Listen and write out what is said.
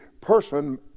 person